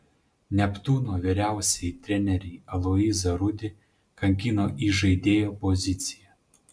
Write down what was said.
neptūno vyriausiąjį trenerį aloyzą rudį kankino įžaidėjo pozicija